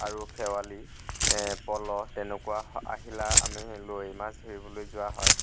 আৰু খেৱালী পলহ তেনেকুৱা আহিলা আমি লৈ মাছ ধৰিবলৈ যোৱা হয়